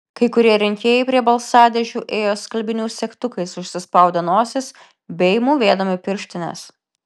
kai kurie rinkėjai prie balsadėžių ėjo skalbinių segtukais užsispaudę nosis bei mūvėdami pirštines